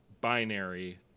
binary